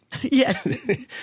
yes